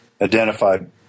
identified